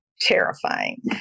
terrifying